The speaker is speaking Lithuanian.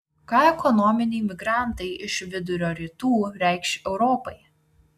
ką ekonominiai migrantai iš vidurio rytų reikš europai